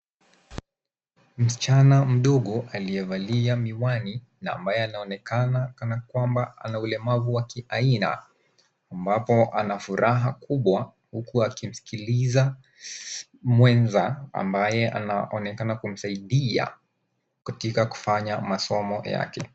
Msichana mdogo, aliyevalia miwani na ambaye anaonekana kana kwamba ana ulemavu wa kiaina, ambapo ana furaha kubwa, huku akimsikiliza mwenza, ambaye anaonekana kumsaidia katika kufanya masomo yake.